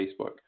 Facebook